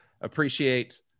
appreciate